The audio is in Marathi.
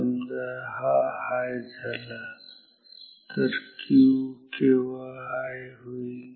समजा हा हाय झाला तर Q केव्हा हाय होईल